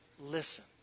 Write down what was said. listen